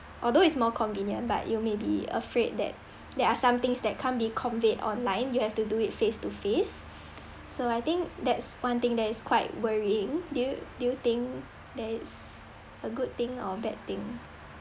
although it's more convenient but you may be afraid that there are somethings that can't be conveyed online you have to do it face to face so I think that's one thing that is quite worrying do you do you think that it's a good thing or bad thing